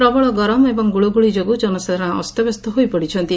ପ୍ରବଳ ଗରମ ଏବଂ ଗୁଳୁଗୁଳି ଯୋଗୁଁ ଜନସାଧାରଣ ଅସ୍ତବ୍ୟସ୍ତ ହୋଇପଡିଛନ୍ତି